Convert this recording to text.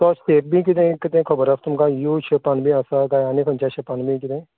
तो स्पेप बी किदें एक तें खबर आस तुमकां यू शेपान बी आसा काय आनी खंयच्या शेपान बी किदें